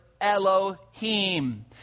Elohim